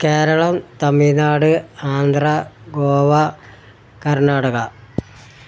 Keralam Tamil Nadu Andhra Goa Karnataka